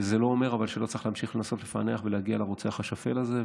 זה לא אומר שלא צריך להמשיך לנסות לפענח ולהגיע לרוצח השפל הזה.